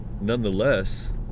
nonetheless